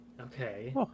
Okay